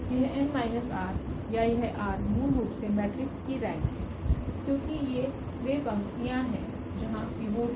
तो यह n r या यह r मूल रूप से मेट्रिक्स की रेंक है क्योंकि ये वे पंक्तियाँ हैं जहां पिवोट है